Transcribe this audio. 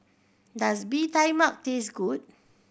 does Bee Tai Mak taste good